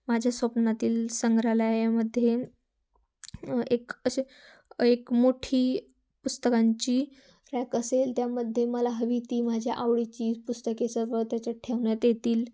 माझ्या स्वप्नातील संग्रहालयामध्ये एक असे एक मोठी पुस्तकांची रॅक असेल त्यामध्ये मला हवी ती माझ्या आवडीची पुस्तके सर्व त्याच्यात ठेवण्यात येतील